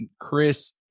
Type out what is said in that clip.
Chris